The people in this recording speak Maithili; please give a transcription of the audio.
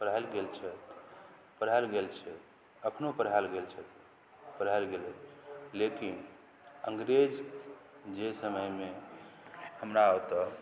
पढ़ाएल गेल छथि पढ़ाओल गेल छथि अखनो पढ़ाएल गेल छथि पढ़ाएल गेलै लेकिन अंग्रेज जे समयमे हमरा ओतऽ